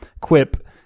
quip